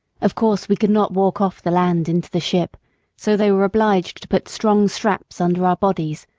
of course we could not walk off the land into the ship so they were obliged to put strong straps under our bodies,